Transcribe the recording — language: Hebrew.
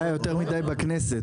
אני רוצה להגיד ככה,